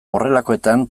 horrelakoetan